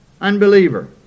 unbeliever